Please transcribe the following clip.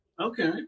Okay